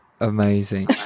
amazing